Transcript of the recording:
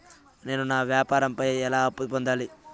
నేను నా వ్యాపారం పై ఎలా అప్పు పొందాలి?